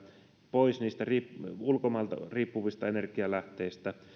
pois ulkomaista riippuvista energialähteistä